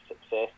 success